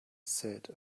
said